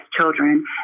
children